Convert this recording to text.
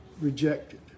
rejected